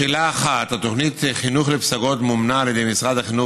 לשאלה 1: התוכנית חינוך לפסגות מומנה על ידי משרד החינוך